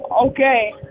Okay